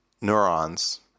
neurons